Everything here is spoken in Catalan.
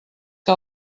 que